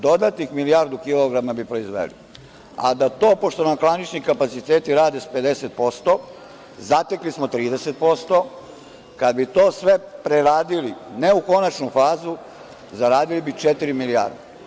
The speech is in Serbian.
Dodatnih milijardu kilograma bi proizveli, a da to, pošto nam klanični kapaciteti rade sa 50%, zatekli smo 30%, kada bi to sve preradili, ne u konačnu fazu, zaradili bi četiri milijarde.